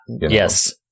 Yes